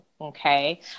okay